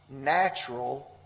natural